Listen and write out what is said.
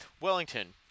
Wellington